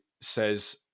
says